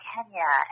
Kenya